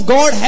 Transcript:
God